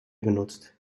genutzt